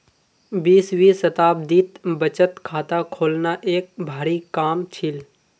बीसवीं शताब्दीत बचत खाता खोलना एक भारी काम छील